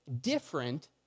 different